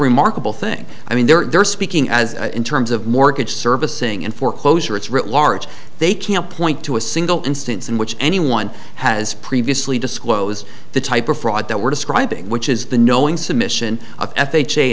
remarkable thing i mean they're speaking as in terms of mortgage servicing in foreclosure it's really large they can't point to a single instance in which anyone has previously disclosed the type of fraud that we're describing which is the knowing submission of f h a